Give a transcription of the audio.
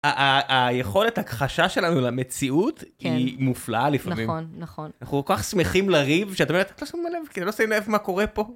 היכולת הכחשה שלנו למציאות היא מופלאה לפעמים. נכון, נכון. אנחנו כל כך שמחים לריב, שאתה אומר, אתה לא שם לב, כאילו, אתה לא שומע לב מה קורה פה?